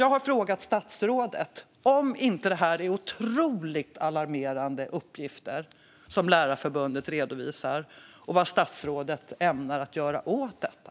Jag har frågat statsrådet om det inte är otroligt alarmerande uppgifter som Lärarförbundet redovisar och vad statsrådet ämnar göra åt detta.